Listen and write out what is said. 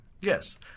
Yes